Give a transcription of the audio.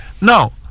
Now